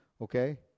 Okay